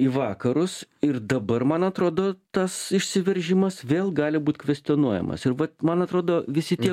į vakarus ir dabar man atrodo tas išsiveržimas vėl gali būt kvestionuojamas ir vat man atrodo visi tie